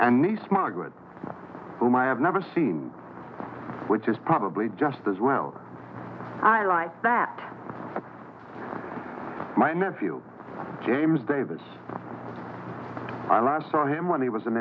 nd niece margaret from i have never seen which is probably just as well i write that my nephew james davis i last saw him when he was an